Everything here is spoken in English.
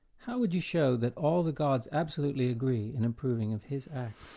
how would you show that all the gods absolutely agree in approving of his act?